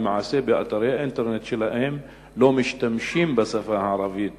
למעשה לא משתמשים באתרי האינטרנט שלהם בשפה הערבית,